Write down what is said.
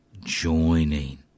joining